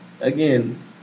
again